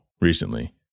recently